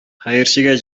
хәерчегә